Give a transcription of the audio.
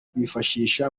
bifashisha